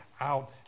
out